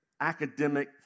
academic